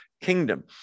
kingdom